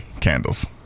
Candles